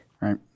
Right